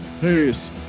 Peace